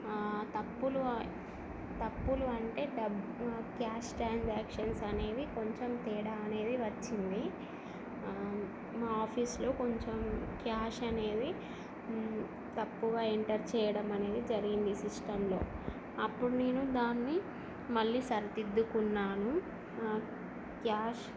ఆ తప్పులు తప్పులు అంటే క్యాష్ ట్రాన్సక్షన్స్ అనేవి కొంచెం తేడా అనేది వచ్చింది మా ఆఫీస్ లో కొంచెం క్యాష్ అనేది తప్పుగా ఎంటర్ చెయ్యడం అనేది జరిగింది సిస్టంలో అప్పుడు నేను దాన్ని మళ్ళీ సరిదిద్దుకునాన్ను ఆ క్యాష్